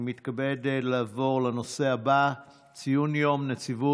נעבור להצעות לסדר-היום מס' 49, 50